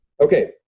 Okay